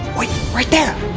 wait. right there.